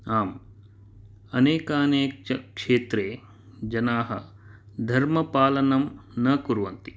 आम् अनेकानेक क्षेत्रे जनाः धर्मपालनं न कुर्वन्ति